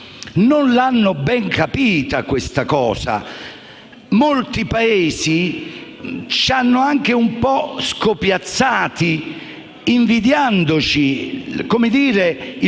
hanno ben capito questa cosa. Molti Paesi ci hanno anche un po' scopiazzati, invidiandoci il coraggio